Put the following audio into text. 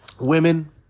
women